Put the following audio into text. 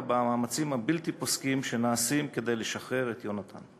במאמצים הבלתי-פוסקים שנעשים כדי לשחרר את יהונתן.